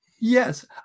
Yes